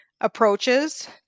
approaches